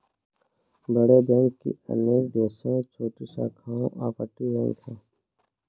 बड़े बैंक की अनेक देशों में छोटी शाखाओं अपतटीय बैंक है